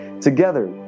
together